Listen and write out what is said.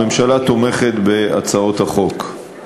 הממשלה תומכת בהצעות החוק.